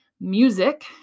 Music